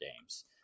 games